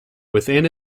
within